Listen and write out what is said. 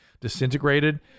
disintegrated